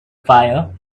fire